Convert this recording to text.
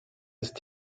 ist